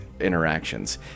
interactions